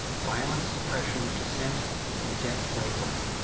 violent suppression of dissent and dept slavery.